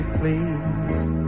please